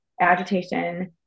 agitation